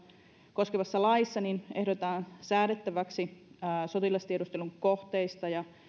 koskevassa laissa ehdotetaan säädettäväksi sotilastiedustelun kohteista ja